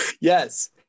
yes